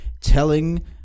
telling